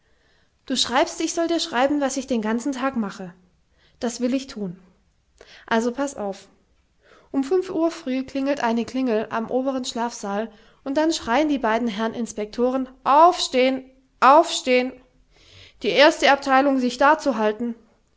du schreibst ich soll dir schreiben was ich den ganzen tag mache das will ich thun also paß auf um fünf uhr frih klingelt eine klingel am obern schlafsaal und dann schreien die beiden herrn inspektoren aufstehn aufstehn die erste abteilung sich